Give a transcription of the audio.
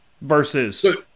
Versus